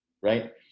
right